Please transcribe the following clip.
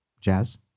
Jazz